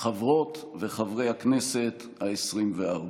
חברות וחברי הכנסת העשרים-וארבע,